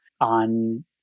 on